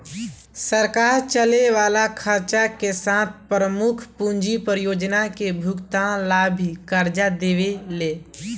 सरकार चले वाला खर्चा के साथे प्रमुख पूंजी परियोजना के भुगतान ला भी कर्ज देवेले